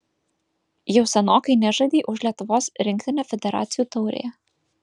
jau senokai nežaidei už lietuvos rinktinę federacijų taurėje